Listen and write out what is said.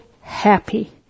happy